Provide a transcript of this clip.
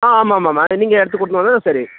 ஆ ஆமாம்மா நீங்கள் எடுத்து கொடுத்தாலும் சரி